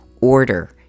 order